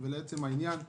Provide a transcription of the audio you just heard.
ולעצם העניין,